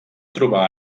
trobar